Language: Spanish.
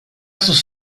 sus